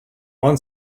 want